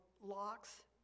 Locks